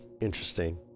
Interesting